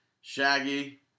Shaggy